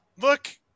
look